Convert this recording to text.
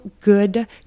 good